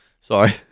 Sorry